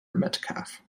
metcalfe